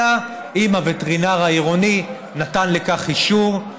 אלא אם כן הווטרינר העירוני נתן לכך אישור.